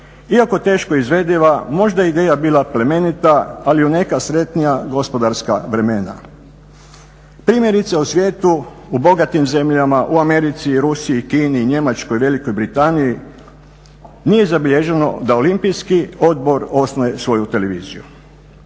Iako teško izvediva možda je ideja bila plemenita, ali u neka sretnija gospodarska vremena. Primjerice u svijetu, u bogatim zemljama, u Americi, i Rusiji, Kini, Njemačkoj, Velikoj Britaniji nije zabilježeno da Olimpijski odbor osnuje svoju televiziju.